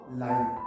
life